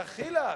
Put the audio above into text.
דחילק,